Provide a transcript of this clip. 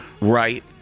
right